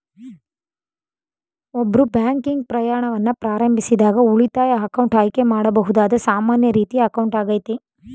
ಒಬ್ರು ಬ್ಯಾಂಕಿಂಗ್ ಪ್ರಯಾಣವನ್ನ ಪ್ರಾರಂಭಿಸಿದಾಗ ಉಳಿತಾಯ ಅಕೌಂಟ್ ಆಯ್ಕೆ ಮಾಡಬಹುದಾದ ಸಾಮಾನ್ಯ ರೀತಿಯ ಅಕೌಂಟ್ ಆಗೈತೆ